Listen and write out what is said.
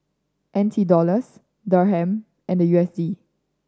N T Dollars Dirham and U S D